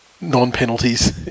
non-penalties